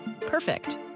Perfect